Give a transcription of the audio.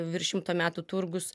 virš šimto metų turgus